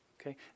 Okay